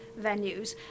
venues